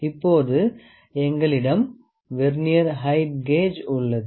இப்போது எங்களிடம் vernier height gauge உள்ளது